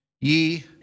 ye